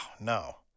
no